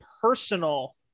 personal